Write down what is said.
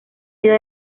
sido